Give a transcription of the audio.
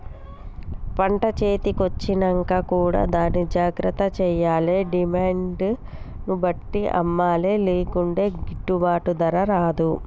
పంట చేతి కొచ్చినంక కూడా దాన్ని జాగ్రత్త చేయాలే డిమాండ్ ను బట్టి అమ్మలే లేకుంటే గిట్టుబాటు ధర రాదు